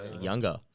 younger